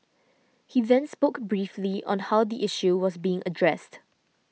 he then spoke briefly on how the issue was being addressed